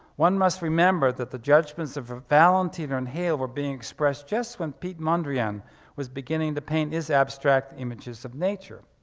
one must remember that the judgments of of valentina and hale were being expressed just when pete mondrian was beginning to paint his abstract images of nature.